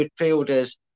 midfielders